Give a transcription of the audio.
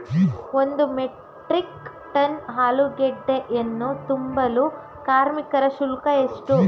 ಒಂದು metric tonne ಆಲೂಗೆಡ್ಡೆಯನ್ನು ತುಂಬಲು ಕಾರ್ಮಿಕರ ಶುಲ್ಕ ಎಷ್ಟು?